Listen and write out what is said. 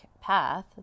path